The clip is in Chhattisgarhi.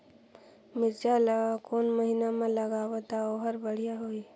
मिरचा ला कोन महीना मा लगाबो ता ओहार बेडिया होही?